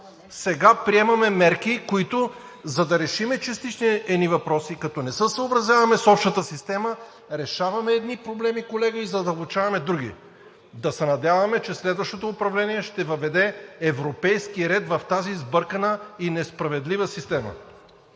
Сега приемаме мерки, за да решим частично едни въпроси, като не се съобразяваме с общата система, решаваме едни проблеми, колега, а задълбочаваме други. Да се надяваме, че следващото управление ще въведе европейски ред в тази сбъркана и несправедлива система!